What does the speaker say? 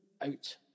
out